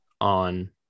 on